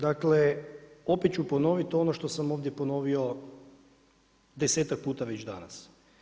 Dakle, opet ću ponoviti, ono što sam ovdje ponovio 10-tak puta već danas.